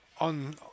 on